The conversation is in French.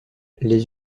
les